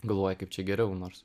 galvoji kaip čia geriau nors